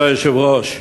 אדוני היושב-ראש,